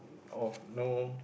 of no